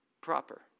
Proper